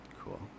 Cool